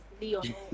Leon